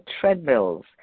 treadmills